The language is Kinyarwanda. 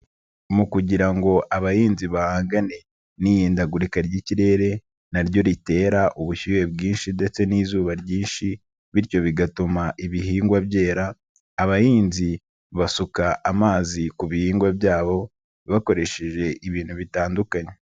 Mu kugira ngo abahinzi ba n'ihindagurika ry'ikirere naryo ritera ubushyuhe bwinshi ndetse n'izuba ryinshi bityo bigatuma ibihingwa byera, abahinzi basuka amazi ku bihingwa byabo bakoresheje ibintu bitandukanye.